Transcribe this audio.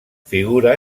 figura